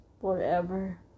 forever